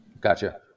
Gotcha